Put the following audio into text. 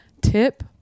tip